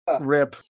RIP